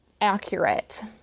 accurate